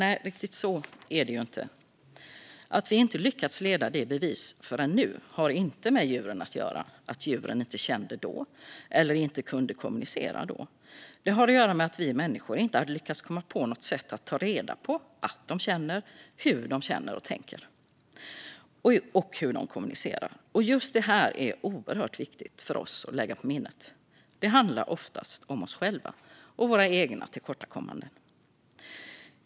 Nej, riktigt så är det inte. Att vi inte lyckats leda detta i bevis förrän nu har inte med djuren att göra, att djuren inte kände då eller att de inte kunde kommunicera då. Det har att göra med att vi människor inte hade lyckats komma på något sätt att ta reda på att de känner, hur de känner och tänker och hur de kommunicerar. Just det är oerhört viktigt för oss att lägga på minnet. Det handlar oftast om oss själva och våra egna tillkortakommanden.